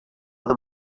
them